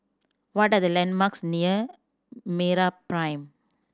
what are the landmarks near MeraPrime